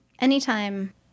Anytime